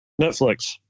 Netflix